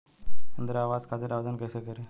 इंद्रा आवास खातिर आवेदन कइसे करि?